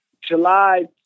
July